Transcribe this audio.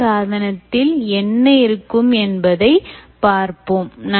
IoT சாதனத்தில் என்ன இருக்கும் என்பதை பார்ப்போம்